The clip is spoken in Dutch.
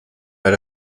naar